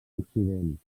occident